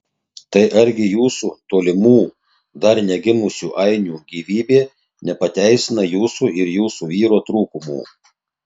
tai argi jūsų tolimų dar negimusių ainių gyvybė nepateisina jūsų ir jūsų vyro trūkumų